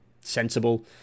sensible